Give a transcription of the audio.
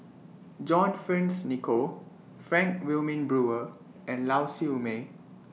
John Fearns Nicoll Frank Wilmin Brewer and Lau Siew Mei